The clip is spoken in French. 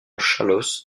chalosse